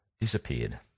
disappeared